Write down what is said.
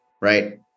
Right